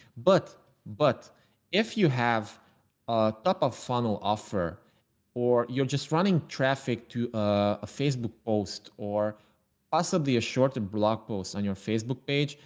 but but if you have a top of funnel offer or you're just running traffic to a facebook post or possibly a short term and blog post on your facebook page,